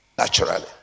Naturally